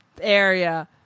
area